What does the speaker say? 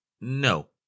no